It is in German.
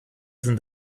sind